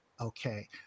okay